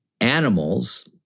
animals